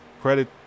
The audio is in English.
credit